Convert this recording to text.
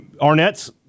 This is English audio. Arnett's